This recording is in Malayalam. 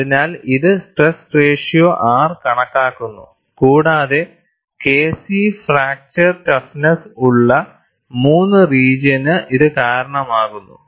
അതിനാൽ ഇത് സ്ട്രെസ് റേഷ്യോ R കണക്കാക്കുന്നു കൂടാതെ K c ഫ്രാക്ചർ ടഫ്നെസ്സ് ഉള്ള 3 റീജിയനു ഇത് കാരണമാകുന്നു